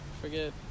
Forget